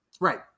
Right